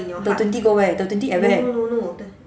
the twenty go where the twenty at where